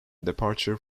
departure